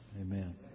amen